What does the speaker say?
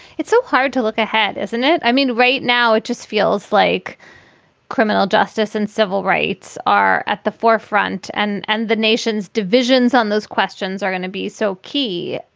it's so hard to look ahead, isn't it? i mean, right now it just feels like criminal justice and civil rights are at the forefront and and the nation's divisions on those questions are going to be so key.